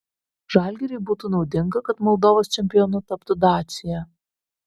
žalgiriui būtų naudinga kad moldovos čempionu taptų dacia